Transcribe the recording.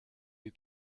les